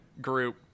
group